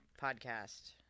podcast